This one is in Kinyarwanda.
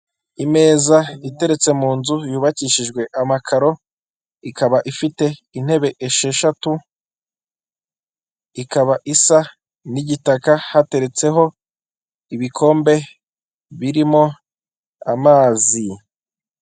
Imeza iteretse mu nzu yubakishijwe amakaro, ikaba ifite intebe esheshatu ikaba isa n'igitaka hateretseho ibikombe birimo amazi.